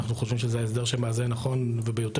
אנחנו חושבים שזה ההסדר שמאזן בצורה הנכונה ביותר,